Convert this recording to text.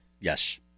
Yes